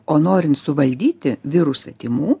o norint suvaldyti virusą tymų